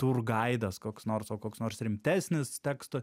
turgaidas koks nors o koks nors rimtesnis teksto